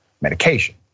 medication